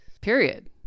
period